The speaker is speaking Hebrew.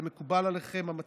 זה מקובל עליכם, המציעים?